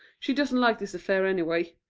she doesn't like this affair anyway.